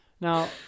Now